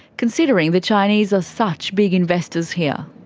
considering the chinese are such big investors here.